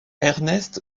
ernest